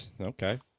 okay